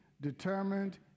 determined